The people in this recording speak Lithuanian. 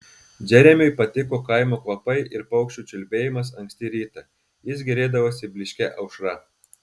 džeremiui patiko kaimo kvapai ir paukščių čiulbėjimas anksti rytą jis gėrėdavosi blyškia aušra